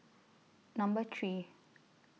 Number three